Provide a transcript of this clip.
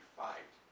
fight